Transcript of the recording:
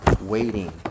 waiting